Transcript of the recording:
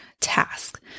task